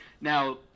now